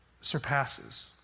surpasses